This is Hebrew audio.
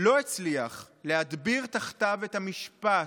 לא הצליח להדביר תחתיו את המשפט,